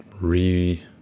re